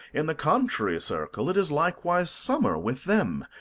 in the contrary circle it is likewise summer with them,